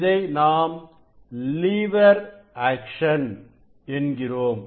இதை நாம் lever action என்கிறோம்